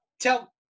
tell